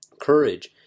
courage